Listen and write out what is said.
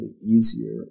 easier